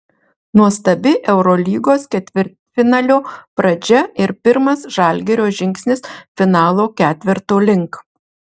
nuostabi eurolygos ketvirtfinalio pradžia ir pirmas žalgirio žingsnis finalo ketverto link